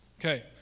Okay